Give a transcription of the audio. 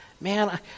Man